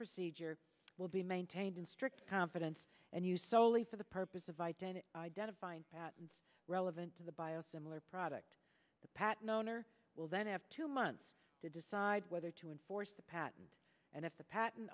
procedure will be maintained in strict confidence and use soley for the purpose of identity identifying patents relevant to the bio similar product the pat known or will then have two months to decide whether to enforce the patent and if the patent